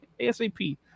ASAP